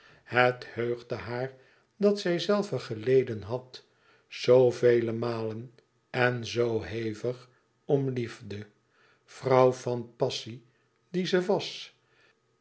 het heugde haar dat zijzelve geleden had zoovele malen en zoo hevig om liefde vrouw van passie die ze was